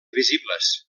visibles